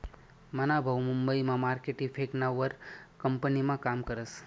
मना भाऊ मुंबई मा मार्केट इफेक्टना वर कंपनीमा काम करस